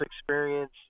experience